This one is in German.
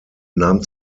nahm